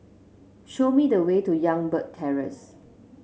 show me the way to Youngberg Terrace